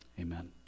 Amen